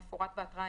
המפורט בהתראה,